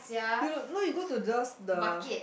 you no no you go to those the